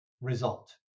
result